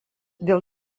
dėl